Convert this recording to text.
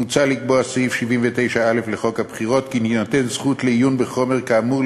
מוצע לקבוע בסעיף 79א לחוק הבחירות כי תינתן זכות לעיון בחומר כאמור,